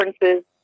differences